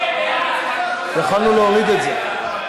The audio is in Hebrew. יכולנו להוריד את זה.